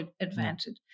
advantage